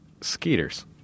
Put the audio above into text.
Skeeters